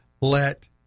let